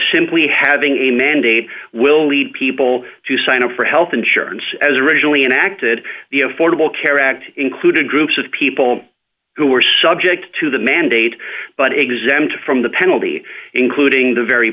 simply having a mandate will lead people to sign up for health insurance as originally enacted the affordable care act included groups of people who are subject to the mandate but exempt from the penalty including the very